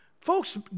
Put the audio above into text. folks